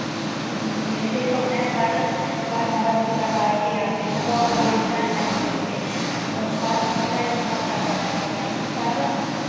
मिलते तो हैं पर वह बहुत ही प्रकार के आते हैं और ऑरिजनल नहीं मिलते वो बासमती राइस बहुत प्रकार के आते हैं पर